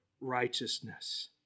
righteousness